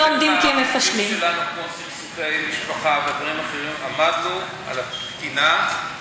בנושאים כמו סכסוכי משפחה ודברים אחרים עמדנו על התקינה,